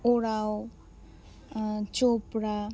Oraon Chopra